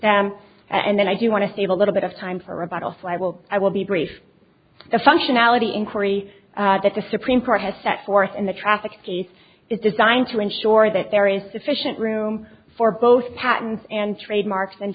them and then i do want to save a little bit of time for rebuttal so i will i will be brief the functionality inquiry that the supreme court has set forth in the traffic's case is designed to ensure that there is sufficient room for both patents and trademarks and